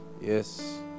Yes